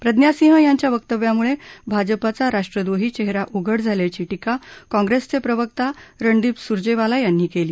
प्रज्ञासिंह यांच्या वक्तव्यामुळे भाजपाचा राष्ट्रदोही चेहरा उघड झाल्याची टीका काँग्रेसचे प्रवक्ता रणदीप सुर्जेवाला यांनी केली